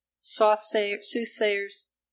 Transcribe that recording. soothsayers